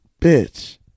Bitch